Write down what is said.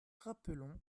rappelons